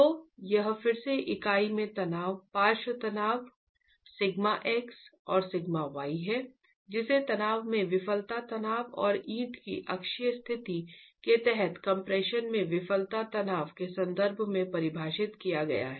तो यह फिर से इकाई में पार्श्व तनाव σ x या σy है जिसे तनाव में विफलता तनाव और ईंट की अक्षीय स्थितियों के तहत कम्प्रेशन में विफलता तनाव के संदर्भ में परिभाषित किया गया है